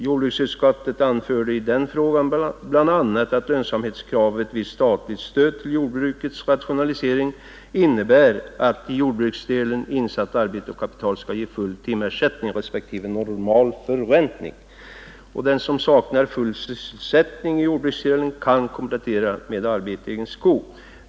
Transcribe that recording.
Jordbruksutskottet anförde i den frågan bl.a. att lönsamhetskravet för statligt stöd till jordbrukets rationalisering innebär att i jordbruksdelen insatt arbete och kapital skall ge full timersättning respektive normalförräntning. Den som saknar full sysselsättning i jordbruksdelen kan komplettera med arbete i egen skog.